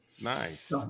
Nice